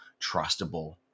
trustable